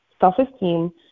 self-esteem